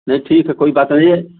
नहीं ठीक है कोई बात नहीं है